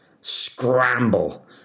scramble